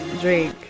Drake